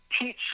teach